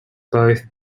both